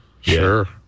Sure